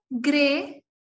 grey